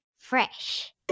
Fresh